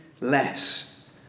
less